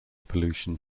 pollution